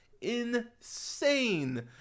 insane